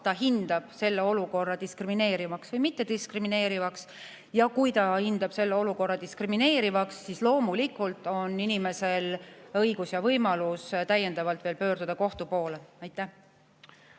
ta hindab selle olukorra diskrimineerivaks või mittediskrimineerivaks. Kui ta hindab selle olukorra diskrimineerivaks, siis loomulikult on inimesel õigus ja võimalus täiendavalt pöörduda veel kohtu poole.